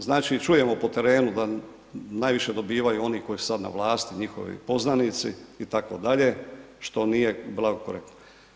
Znači, čujemo po terenu da najviše dobivaju oni koji su sad na vlasti, njihovi poznanici, itd., što nije blago korektno.